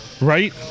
Right